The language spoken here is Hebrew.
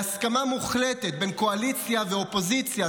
בהסכמה מוחלטת בין קואליציה ואופוזיציה,